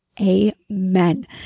Amen